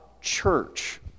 church